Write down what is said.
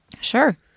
Sure